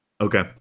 Okay